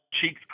Cheeks